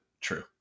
true